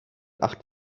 acht